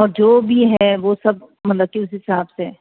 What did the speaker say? और जो भी है वो सब मतलब कि किस हिसाब से है